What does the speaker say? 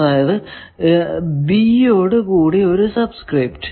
അതായതു യോട് കൂടി ഒരു സബ് സ്ക്രിപ്റ്റ്